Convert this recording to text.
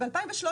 ב-2013,